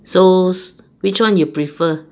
so which [one] you prefer